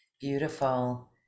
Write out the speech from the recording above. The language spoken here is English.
Beautiful